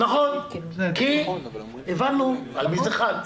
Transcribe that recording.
נכון, כי הבנו על מי זה חל.